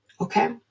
Okay